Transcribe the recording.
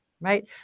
right